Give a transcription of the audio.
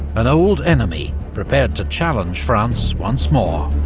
an old enemy prepared to challenge france once more.